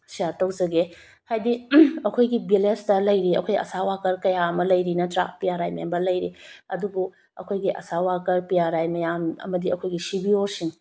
share ꯇꯧꯖꯒꯦ ꯍꯥꯏꯗꯤ ꯑꯩꯈꯣꯏꯒꯤ ꯕꯤꯂꯦꯖꯇꯥ ꯂꯩꯔꯤꯕ ꯑꯩꯈꯣꯏ ꯑꯁꯥ ꯋꯥꯀꯔ ꯀꯌꯥ ꯑꯃ ꯂꯩꯔꯤ ꯅꯠꯇ꯭ꯔ ꯄꯤ ꯑꯥꯔ ꯑꯥꯏ ꯃꯦꯝꯕꯔ ꯂꯩꯔꯤ ꯑꯗꯨꯕꯨ ꯑꯩꯈꯣꯏꯒꯤ ASHA worker P R I ꯃꯌꯥꯝ ꯑꯃꯗꯤ ꯑꯩꯈꯣꯏꯒꯤ ꯁꯤ ꯕꯤ ꯑꯣꯁꯤꯡ